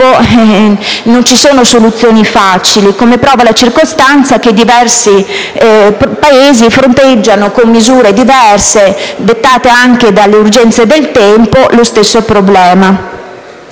non ci sono soluzioni facili, come prova la circostanza che diversi Paesi fronteggiano con misure diverse dettate anche dalle urgenze del tempo lo stesso problema.